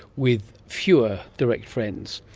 with fewer direct friends.